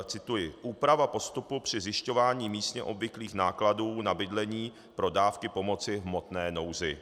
Cituji: Úprava postupu při zjišťování místně obvyklých nákladů na bydlení pro dávky pomoci v hmotné nouzi.